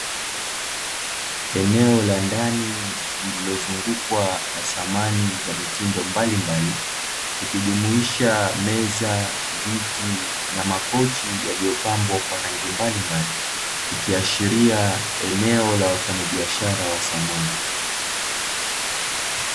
Eneo la ndani lililozungukwa na samani za mitindo mbalimbali, likijumuisha: meza, viti na makochi yaliyopambwa kwa rangi mbalimbali, likiashiria eneo la wafanyabiashara wa samani.